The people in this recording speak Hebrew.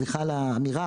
סליחה על האמירה,